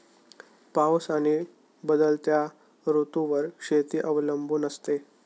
पाऊस आणि बदलत्या ऋतूंवर शेती अवलंबून असते